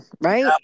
right